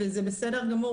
וזה בסדר גמור,